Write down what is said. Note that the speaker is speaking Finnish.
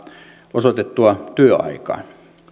osoitettua työaikaa